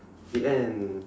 the end